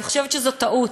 אני חושבת שזאת טעות.